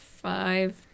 Five